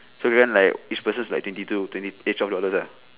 so we went like each person is like twenty two twenty eh twelve dollars lah